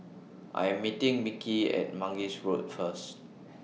I Am meeting Mickie At Mangis Road First